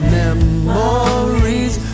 memories